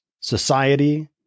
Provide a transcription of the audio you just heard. society